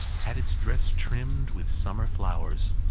had its dress trimmed with summer flowers.